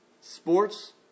sports